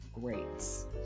greats